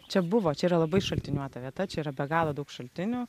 čia buvo čia yra labai šaltiniuota vieta čia yra be galo daug šaltinių